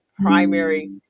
primary